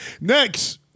Next